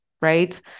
right